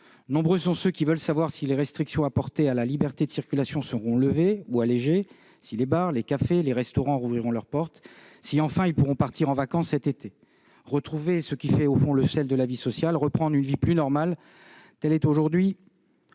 Nombreux sont ceux qui veulent savoir si les restrictions apportées à la liberté de circulation seront levées ou allégées, si les bars, les cafés, les restaurants rouvriront leurs portes et s'ils pourront partir en vacances cet été. Retrouver ce qui fait au fond le sel de la vie sociale, reprendre une vie plus normale, tel est aujourd'hui